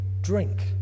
drink